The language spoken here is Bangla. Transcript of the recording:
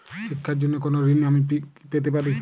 শিক্ষার জন্য কোনো ঋণ কি আমি পেতে পারি?